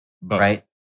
right